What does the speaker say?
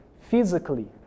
physically